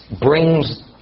brings